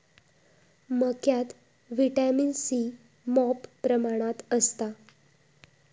मक्यात vitamin C मॉप प्रमाणात असता